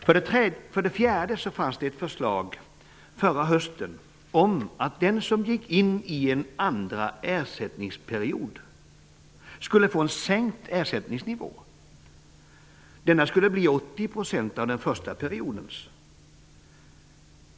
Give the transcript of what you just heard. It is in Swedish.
För det fjärde fanns ett förslag förra hösten om att den som gick in i en andra ersättningsperiod skulle få sänkt ersättningsnivå. Den skulle bli 80 % av den första periodens nivå.